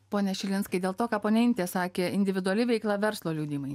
pone šilinskai dėl to ką ponia intė sakė individuali veikla verslo liudijimai